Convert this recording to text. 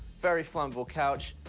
very flammable couch.